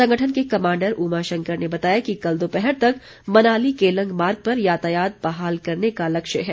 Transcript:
संगठन के कमांडर उमा शंकर ने बताया कि कल दोपहर तक मनाली केलंग मार्ग पर यातायात बहाल करने का लक्ष्य है